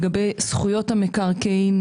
לגבי זכויות המקרקעין,